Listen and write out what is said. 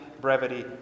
brevity